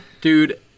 Dude